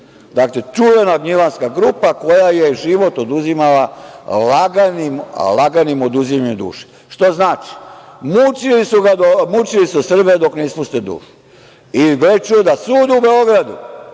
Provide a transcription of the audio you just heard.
Dakle, čuvena Gnjilanska grupa koja je život oduzimala laganim oduzimanjem duše. Što znači, mučili su Srbe dok ne ispuste dušu i gle čuda, sud u Beogradu